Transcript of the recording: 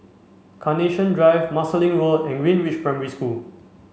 Carnation Drive Marsiling Road and Greenridge Primary School